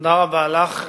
תודה רבה לך.